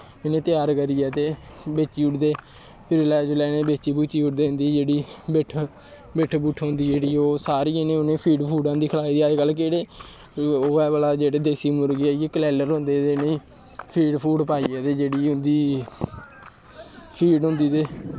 इ'नें ई त्यार करियै ते बेची ओड़दे जिसलै इ'नें गी बेची ओड़दे इं'दी जेह्ड़ी बिट्ठ बुट्ठ होंदी इ'नें गी फीड फूड होंदी खलाई दी अज्ज कल केह्ड़े देसी मुर्गे ऐ इ'यै बलैलर होंदे ते इ'नें गी फीड फूड पाइयै ते जेह्ड़ी उं'दी फीड होंदी ते